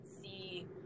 see